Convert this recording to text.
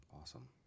awesome